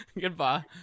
Goodbye